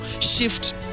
shift